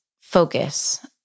focus